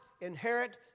inherit